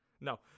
no